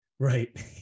Right